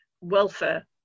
welfare